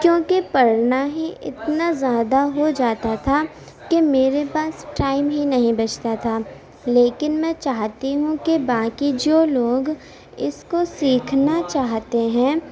کیونکہ پڑھنا ہی اتنا زیادہ ہو جاتا تھا کہ میرے پاس ٹائم ہی نہیں بچتا تھا لیکن میں چاہتی ہوں کہ باقی جو لوگ اس کو سیکھنا چاہتے ہیں